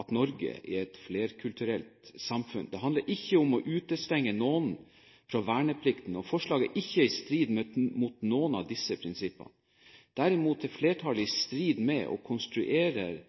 at Norge er et flerkulturelt samfunn. Det handler ikke om å utestenge noen fra verneplikten, og forslaget er ikke i strid med noen av disse prinsippene. Derimot er flertallet i strid med og konstruerer